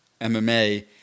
MMA